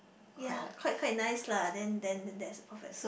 ya quite quite nice lah then then then that's the perfect date